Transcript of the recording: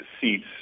seats